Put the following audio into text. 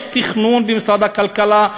יש תכנון במשרד הכלכלה,